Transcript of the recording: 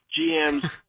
GMs